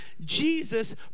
Jesus